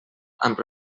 amb